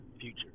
future